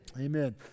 amen